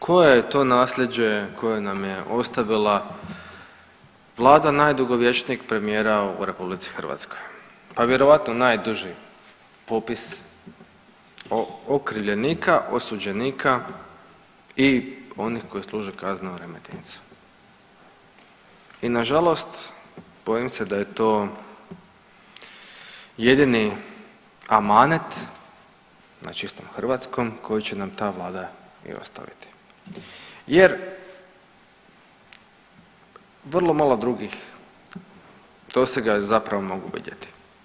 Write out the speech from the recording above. Koje je to nasljeđe koje nam je ostavila vlada najdugovječnijeg premijera u RH, pa vjerojatno najduži popis okrivljenika, osuđenika i onih koji služe kazne u Remetincu i nažalost bojim se da je to jedini amanet na čistom hrvatskom koji će nam ta vlada i ostaviti jer vrlo malo drugih dosega zapravo mogu vidjeti.